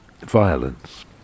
violence